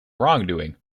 wrongdoing